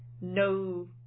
no